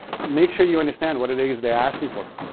make sure you understand what it is they're asking for.